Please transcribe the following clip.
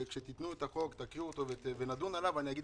וכשתקריאו את החוק ונדון עליו אני אגיד